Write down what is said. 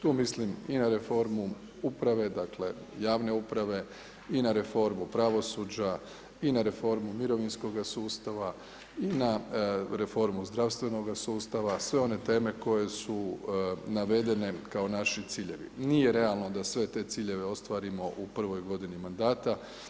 Tu mislim i na reformu uprave, dakle javne uprave i na reformu pravosuđa i na reformu mirovinskoga sustava i na reformu zdravstvenoga sustava, sve one teme koje su navedene kao naši ciljevi i nije realno da sve te ciljeve ostvarimo u prvoj godini mandata.